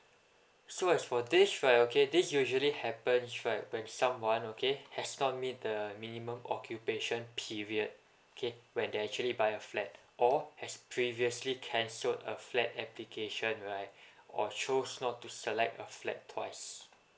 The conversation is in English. so as for this right okay this usually happens right when someone okay has not meet the minimum occupation period okay when they actually buy a flat or has previously cancelled a flat application right or chose not to select a flat twice